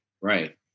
Right